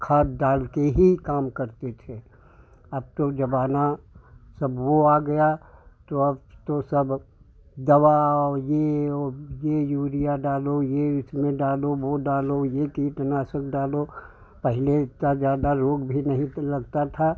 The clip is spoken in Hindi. खाद डालकर ही काम करते थे अब तो ज़माना सब वह आ गया तो अब तो सब दवा और यह वह यह यूरिया डालो यह इसमें डालो वह डालो यह कीटनाशक डालो पहले इतना ज़्यादा रोग भी नहीं तो लगता था